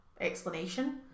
explanation